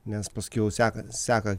nes paskiau seka seka